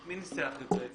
מי ניסח את זה?